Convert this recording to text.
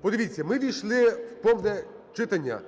Подивіться, ми ввійшли в повне читання.